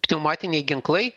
pneumatiniai ginklai